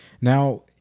Now